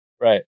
Right